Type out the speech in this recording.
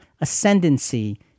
ascendancy